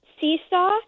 Seesaw